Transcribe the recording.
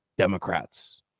Democrats